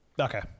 Okay